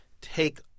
take